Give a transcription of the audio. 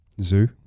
Zoo